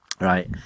right